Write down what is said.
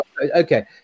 okay